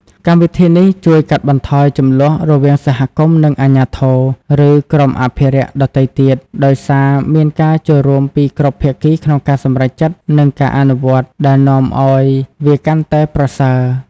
កម្មវិធីនេះជួយកាត់បន្ថយជម្លោះ រវាងសហគមន៍ និងអាជ្ញាធរ ឬក្រុមអភិរក្សដទៃទៀត ដោយសារមានការចូលរួមពីគ្រប់ភាគីក្នុងការសម្រេចចិត្ត និងការអនុវត្ត ដែលនាំឱ្យវាកាន់តែប្រសើរ។